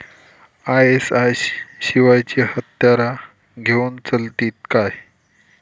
ISI शिवायची हत्यारा घेऊन चलतीत काय?